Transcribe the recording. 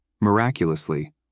Miraculously